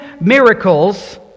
miracles